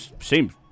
Seems